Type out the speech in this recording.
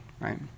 right